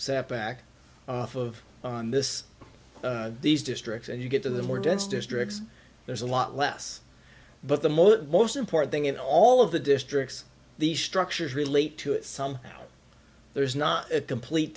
sat back off of on this these districts and you get to the more dense districts there's a lot less but the most most important thing in all of the districts these structures relate to is some there's not a complete